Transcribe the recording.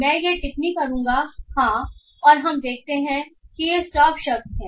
मैं यह टिप्पणी करूँगा हाँ और हम देखते हैं कि ये स्टॉप शब्द हैं